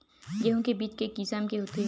गेहूं के बीज के किसम के होथे?